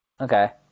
Okay